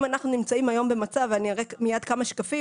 אם אנחנו נמצאים היום במצב ואני אראה מייד כמה שקפים